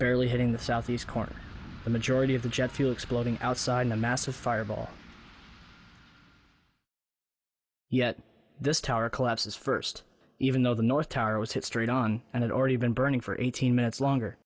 barely hitting the southeast corner the majority of the jet fuel exploding outside a massive fireball yet this tower collapses first even though the north tower was hit straight on and had already been burning for eighteen minutes longer